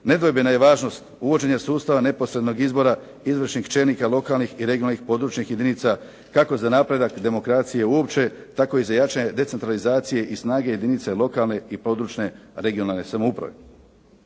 Nedvojbena je važnost uvođenja sustava neposrednog izbora izvršnih čelnika lokalnih i regionalnih područnih jedinica kako za napredak demokracije uopće, tako i za jačanje decentralizacije i snage jedinice lokalne i područne (regionalne) samouprave.